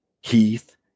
Heath